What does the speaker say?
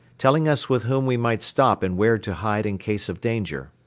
telling us with whom we might stop and where to hide in case of danger.